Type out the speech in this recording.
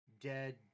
dead